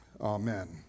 amen